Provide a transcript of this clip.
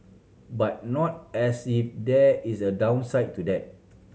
but not as if there is a downside to that